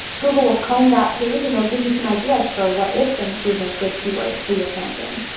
google will comb that page and it'll give you some ideas for what it thinks would make good keywords for your campaign.